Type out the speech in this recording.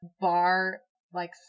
bar-like